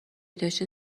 داشتین